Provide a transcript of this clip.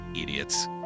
Idiots